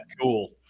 Cool